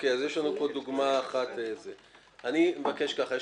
יש לנו פה דוגמה אחת.